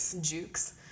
Jukes